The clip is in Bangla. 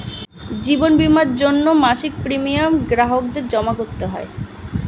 জীবন বীমার জন্যে মাসিক প্রিমিয়াম গ্রাহকদের জমা করতে হয়